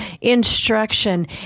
instruction